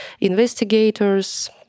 investigators